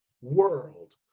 world